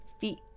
feet